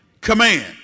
command